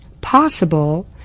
possible